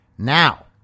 Now